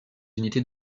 unités